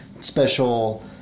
special